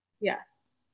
Yes